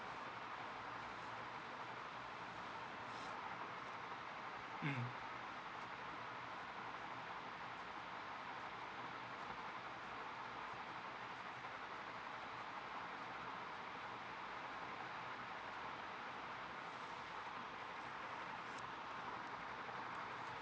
um